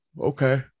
Okay